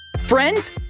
Friends